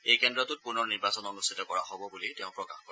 এই কেন্দ্ৰটোত পুনৰ নিৰ্বাচন অনুষ্ঠিত কৰা হব বুলি তেওঁ প্ৰকাশ কৰে